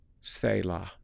Selah